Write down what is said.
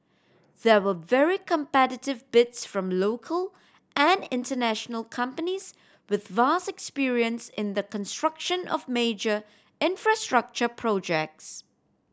there were very competitive bids from local and international companies with vast experience in the construction of major infrastructure projects